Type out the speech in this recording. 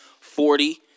Forty